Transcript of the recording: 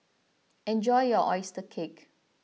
enjoy your Oyster Cake